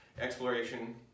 exploration